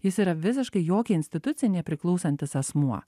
jis yra visiškai jokiai institucijai nepriklausantis asmuo